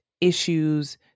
issues